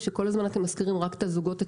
שכל הזמן אתם מזכירים רק את הזוגות הצעירים,